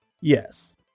yes